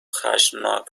خشمناک